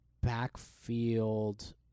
backfield